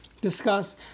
discuss